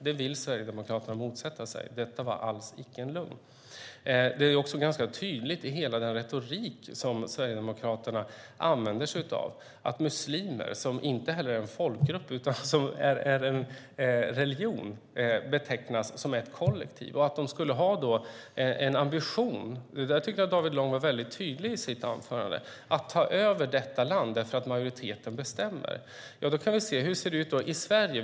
Det vill Sverigedemokraterna motsätta sig. Detta var alls icke en lögn. Det är också ganska tydligt i den retorik som Sverigedemokraterna använder sig av att muslimer, som inte är en folkgrupp utan människor som tillhör samma religion, betecknas som ett kollektiv. Jag tyckte att David Lång var mycket tydlig i sitt anförande med att de skulle ha en ambition att ta över detta land därför att majoriteten bestämmer. Hur ser det ut i Sverige?